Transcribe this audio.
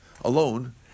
alone